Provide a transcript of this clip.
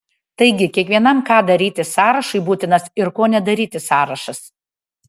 taigi kiekvienam ką daryti sąrašui būtinas ir ko nedaryti sąrašas